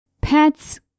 Pets